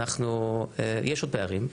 יש עוד פערים,